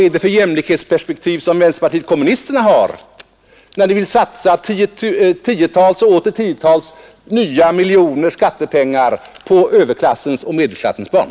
Vilket jämlikhetsperspektiv har vänsterpartiet kommunisterna när de vill satsa tiotals nya miljoner i skattepengar på överklassens och medelklassens barn?